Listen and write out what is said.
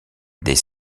des